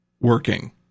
working